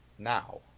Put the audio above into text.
Now